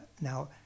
Now